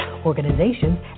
organizations